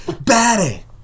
Batty